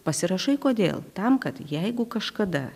pasirašai kodėl tam kad jeigu kažkada